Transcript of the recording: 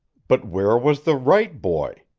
but where was the right boy?